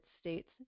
States